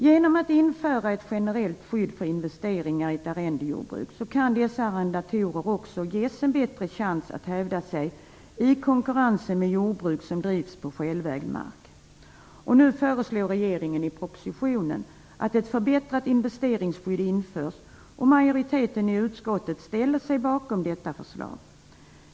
Genom införandet av ett generellt skydd för investeringar i ett arrendejordbruk kan dessa arrendatorer också ges en bättre chans att hävda sig i konkurrensen med jordbruk som drivs på självägd mark. Nu föreslår regeringen i propositionen att ett förbättrat investeringsskydd införs, och majoriteten i utskottet ställer sig bakom detta förslag.